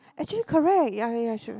actually correct ya ya ya should